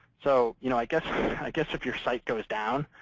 so you know i guess i guess if your site goes down,